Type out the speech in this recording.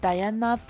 Diana